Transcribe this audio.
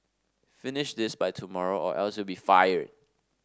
finish this by tomorrow or else you'll be fired